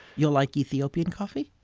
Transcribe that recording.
you'll like ethiopian coffee?